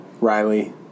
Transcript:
Riley